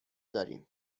داریم